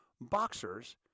boxers